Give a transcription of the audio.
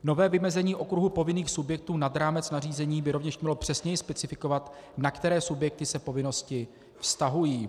Nové vymezení okruhu povinných subjektů nad rámec nařízení by rovněž mělo přesněji specifikovat, na které subjekty se povinnosti vztahují.